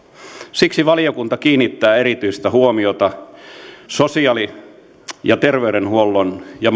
siksi valiokunta kiinnittää erityistä huomiota sosiaali ja terveydenhuollon ja